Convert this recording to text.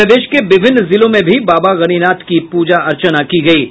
प्रदेश के विभिन्न जिलों में भी बाबा गणिनाथ की पूजा अर्चना की जा रही है